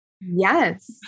yes